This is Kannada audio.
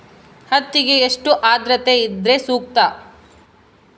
ಹತ್ತಿಗೆ ಎಷ್ಟು ಆದ್ರತೆ ಇದ್ರೆ ಸೂಕ್ತ?